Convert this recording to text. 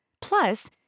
Plus